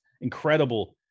incredible